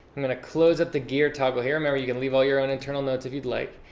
i'm going to close up the gear toggle here. remember, you can leave all your own internal notes if you'd like.